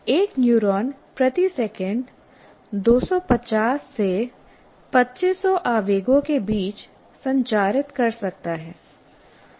एक न्यूरॉन प्रति सेकंड 250 से 2500 आवेगों के बीच संचारित कर सकता है